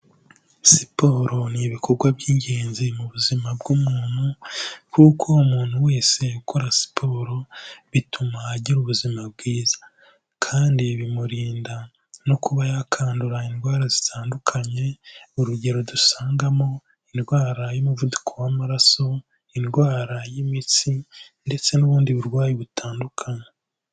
Siporo ni ibikorwa by'ingenzi mu buzima bw'umuntu, kuko umuntu wese ukora siporo bituma agira ubuzima bwiza, kandi bimurinda no kuba yakandura indwara zitandukanye, urugero dusangamo: indwara y'umuvuduko w'amaraso, indwara y'imitsi, ndetse n'ubundi burwayi butandukanye.